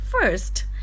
First